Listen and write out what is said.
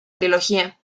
trilogía